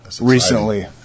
recently